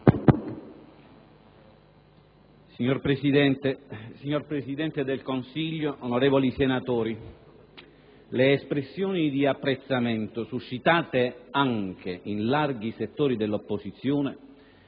signor Presidente del Consiglio, onorevoli senatori, le espressioni di apprezzamento suscitate anche in larghi settori dell'opposizione